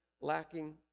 lacking